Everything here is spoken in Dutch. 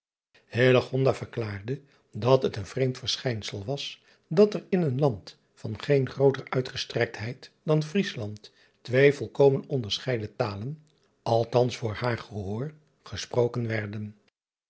verklaarde dat het een vreemd verschijnsel was dat er in een land van geen grooter uitgestrektheid dan riesland twee volkomen onderscheiden talen althans voor haar gehoor gesproken werden